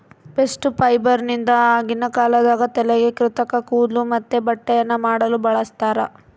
bast ಫೈಬರ್ನಿಂದ ಆಗಿನ ಕಾಲದಾಗ ತಲೆಗೆ ಕೃತಕ ಕೂದ್ಲು ಮತ್ತೆ ಬಟ್ಟೆಯನ್ನ ಮಾಡಲು ಬಳಸ್ತಾರ